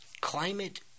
climate